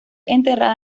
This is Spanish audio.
enterrada